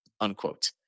unquote